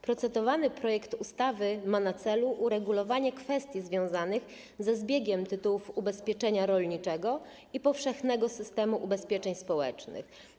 Procedowany projekt ustawy ma na celu uregulowanie kwestii związanych ze zbiegiem tytułów ubezpieczenia rolniczego i powszechnego systemu ubezpieczeń społecznych.